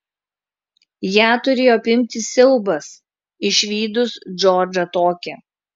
ją turėjo apimti siaubas išvydus džordžą tokį